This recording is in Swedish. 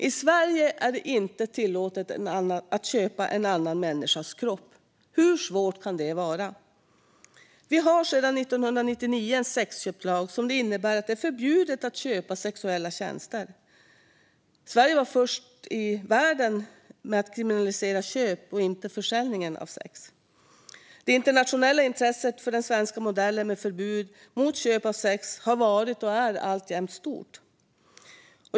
I Sverige är det inte tillåtet att köpa en annan människas kropp. Hur svårt kan detta vara? Vi har sedan 1999 en sexköpslag som innebär att det är förbjudet att köpa sexuella tjänster. Sverige var först i världen med att kriminalisera köp och inte försäljning av sex. Det internationella intresset för den svenska modellen med förbud mot köp av sex har varit, och är alltjämt, stort.